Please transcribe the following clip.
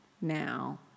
now